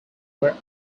were